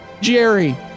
jerry